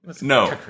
no